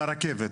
לרכבת,